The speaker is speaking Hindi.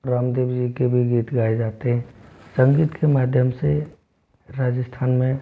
रामदेव जी के भी गीत गाए जाते संगीत के माध्यम से राजस्थान में